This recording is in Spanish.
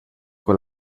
con